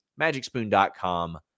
Magicspoon.com